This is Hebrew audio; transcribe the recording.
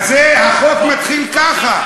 החוק מתחיל ככה.